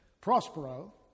Prospero